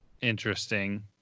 interesting